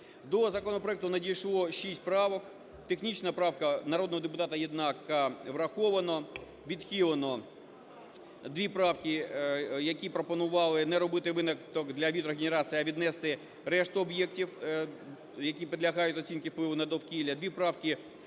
До законопроекту надійшло шість правок. Технічна правка народного депутата Єднака